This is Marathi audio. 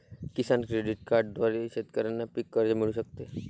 किसान क्रेडिट कार्डद्वारे शेतकऱ्यांना पीक कर्ज मिळू शकते